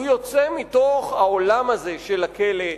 הוא יוצא מתוך העולם הזה של הכלא,